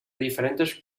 diferentes